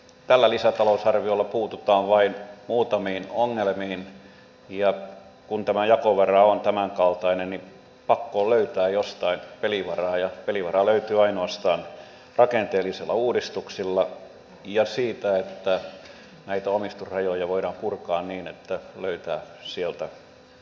tällä lisätalousarviolla puututaan kuitenkin vain muutamiin ongelmiin ja kun tämä jakovara on tämänkaltainen niin pakko on löytää jostain pelivaraa ja pelivaraa löytyy ainoastaan rakenteellisilla uudistuksilla ja siitä että näitä omistusrajoja voidaan purkaa niin että sieltä löytyy pääomaa